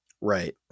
Right